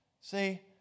See